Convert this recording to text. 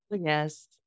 Yes